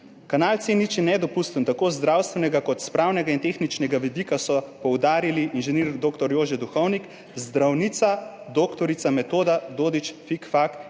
Kanal C0 je nedopusten, tako z zdravstvenega kot s pravnega in tehničnega vidika, so poudarili inženir dr. Jože Duhovnik, zdravnica dr. Metoda Dodič Fikfak